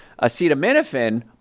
Acetaminophen